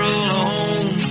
alone